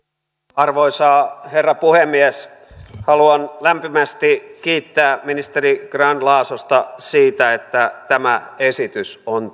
arvoisa herra puhemies haluan lämpimästi kiittää ministeri grahn laasosta siitä että tämä esitys on